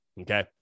Okay